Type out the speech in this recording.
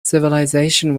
civilization